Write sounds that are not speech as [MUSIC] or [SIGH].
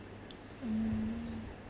[NOISE] mm